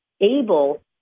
able